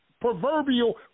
proverbial